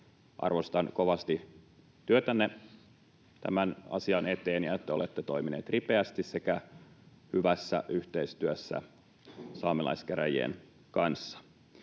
Arvostan kovasti työtänne tämän asian eteen ja sitä, että olette toiminut ripeästi sekä hyvässä yhteistyössä saamelaiskäräjien kanssa.